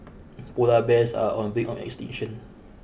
polar bears are on brink of extinction